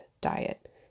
diet